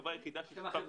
החברה היחידה ששיתפה פעולה.